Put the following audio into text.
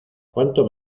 cuánto